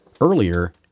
earlier